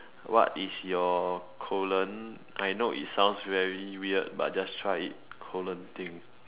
what is your colon I know it sounds very weird but just try it colon thing